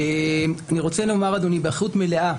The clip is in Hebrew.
אדוני, אני רוצה לומר באחריות מלאה